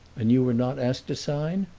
and you were not asked to sign?